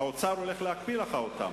האוצר הולך להקפיא לך אותם.